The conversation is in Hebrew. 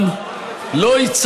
לא עונה לנו?